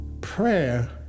prayer